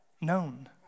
known